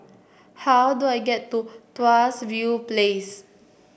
how do I get to Tuas View Place